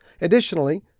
Additionally